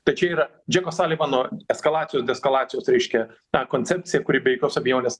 tai čia yra džeko salivano eskalacijos deeskalacijos reiškia tą koncepciją kuri be jokios abejonės